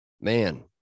man